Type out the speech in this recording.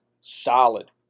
Solid